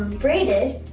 braided.